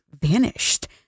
vanished